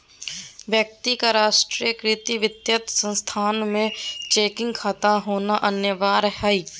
व्यक्ति का राष्ट्रीयकृत वित्तीय संस्थान में चेकिंग खाता होना अनिवार्य हइ